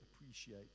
appreciate